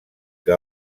que